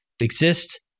exist